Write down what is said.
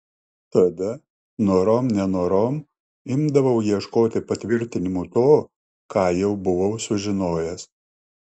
tada norom nenorom imdavau ieškoti patvirtinimų to ką jau buvau sužinojęs